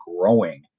growing